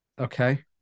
okay